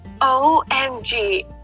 OMG